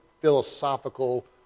philosophical